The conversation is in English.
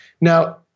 Now